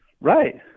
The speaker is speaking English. Right